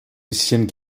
bisschen